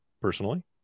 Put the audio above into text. personally